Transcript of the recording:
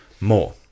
more